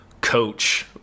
coach